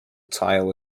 tile